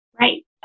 Right